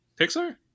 Pixar